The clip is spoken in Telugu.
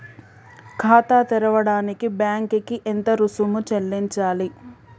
ఖాతా తెరవడానికి బ్యాంక్ కి ఎంత రుసుము చెల్లించాలి?